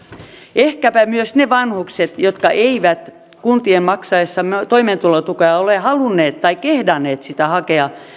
ehkäpä myös ne vanhukset jotka eivät kuntien maksaessa toimeentulotukea ole halunneet tai kehdanneet sitä hakea